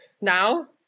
Now